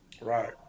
Right